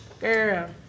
girl